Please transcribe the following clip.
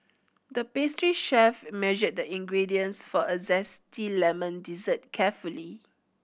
the pastry chef measured the ingredients for a zesty lemon dessert carefully